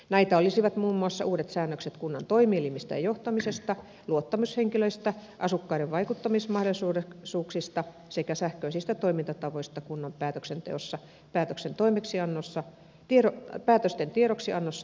näitä olisivat muun muassa uudet säännökset kunnan toimi elimistä ja johtamisesta luottamushenkilöistä asukkaiden vaikuttamismahdollisuuksista sekä sähköisistä toimintatavoista kunnan päätöksenteossa päätöksen toimeksiannossa päätösten tiedoksiannossa ja viestinnässä